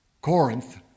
Corinth